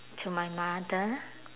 to my mother